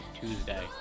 Tuesday